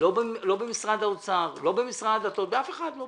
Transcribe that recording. לא במשרד האוצר, לא במשרד הדתות, באף אחד לא.